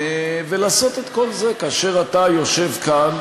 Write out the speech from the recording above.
לעשות את כל זה כאשר אתה יושב כאן,